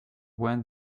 went